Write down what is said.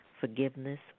forgiveness